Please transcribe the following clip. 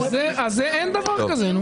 אז אין דבר כזה.